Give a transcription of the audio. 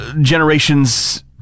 Generations